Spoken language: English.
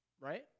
right